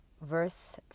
verse